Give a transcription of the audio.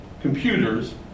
computers